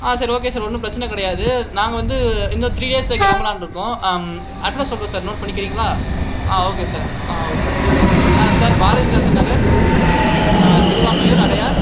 ஆ சரி okay sir ஒன்றும் பிரச்சனை கிடையாது நாங்கள் வந்து இன்னும் த்ரீ டேஸில் கிளம்பலாம்னு இருக்கோம் அட்ரஸ் சொல்லுற சார் நோட் பண்ணிக்கிறிங்களா ஆ ஓகே சார் ஆ ஓகே ஆ சார் பாரதிதாசன் நகர் திருவான்மியூர் அடையார்